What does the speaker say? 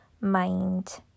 mind